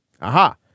aha